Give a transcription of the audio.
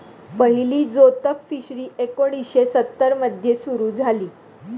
पहिली जोतक फिशरी एकोणीशे सत्तर मध्ये सुरू झाली